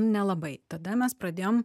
nelabai tada mes pradėjom